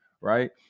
right